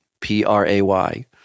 P-R-A-Y